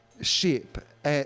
ship